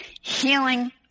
healing